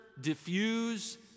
diffuse